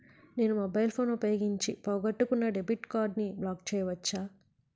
నేను mobile phone ఉపయోగించి పోగొట్టుకున్న డెబిట్ కార్డ్ని బ్లాక్ చేయవచ్చా?